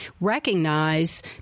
recognize